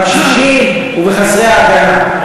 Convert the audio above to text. בקשישים ובחסרי ההגנה.